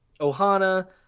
ohana